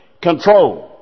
control